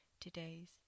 today's